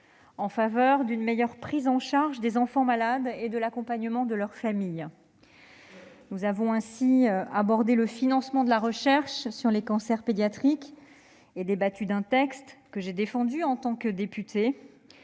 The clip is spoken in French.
nationale, d'une meilleure prise en charge des enfants malades et de l'accompagnement de leurs familles. Nous avons ainsi abordé le financement de la recherche sur les cancers pédiatriques et débattu d'un texte, que j'ai défendu en tant que députée,